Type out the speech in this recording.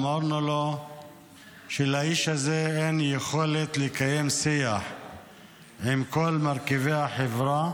אמרנו לו שלאיש הזה אין יכולת לקיים שיח עם כל מרכיבי החברה,